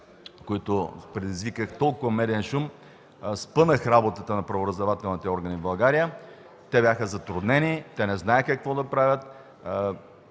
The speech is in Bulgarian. които предизвиках толкова медиен шум, спънах работата на правораздавателните органи в България. Те бяха затруднени, не знаеха какво да правят.